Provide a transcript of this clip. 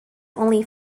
only